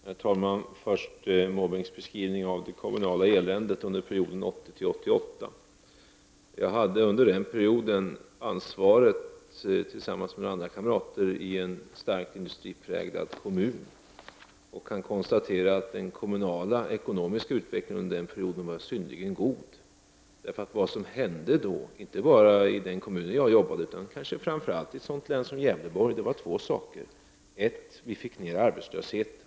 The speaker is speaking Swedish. Herr talman! Bertil Måbrink beskrev det kommunala eländet under perioden 1980—1988. Jag hade under den perioden tillsammans med några kamrater ansvaret i en starkt industripräglad kommun och kan konstatera att den kommunala ekonomiska utvecklingen under den perioden var synnerligen god. Det som hände då, inte bara i den kommun där jag arbetade, utan kanske framför allt i ett sådant län som Gävleborgs, var två saker. 1. Vi fick ned arbetslösheten.